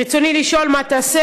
רצוני לשאול: מה תעשה